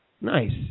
Nice